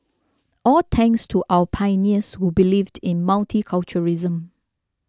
all thanks to our pioneers who believed in multiculturalism